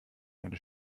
eine